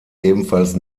ebenfalls